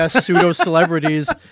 pseudo-celebrities